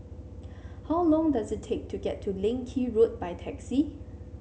how long does it take to get to Leng Kee Road by taxi